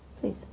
Please